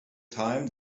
time